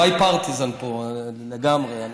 נכון, זה by partisan לגמרי.